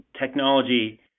technology